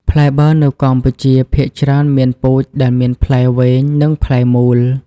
ផ្លែប័រនៅកម្ពុជា ភាគច្រើនមានពូជដែលមានផ្លែវែង និងផ្លែមូល។